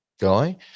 guy